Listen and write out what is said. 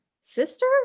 sister